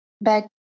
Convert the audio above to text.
Back